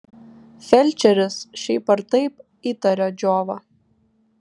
felčeris šiaip ar taip įtaria džiovą